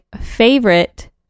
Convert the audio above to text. favorite